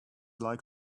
like